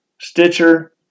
Stitcher